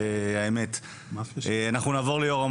אנחנו נעבור ליורם